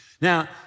Now